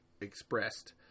expressed